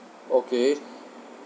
okay